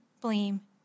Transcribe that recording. blame